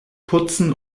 putzen